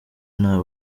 nta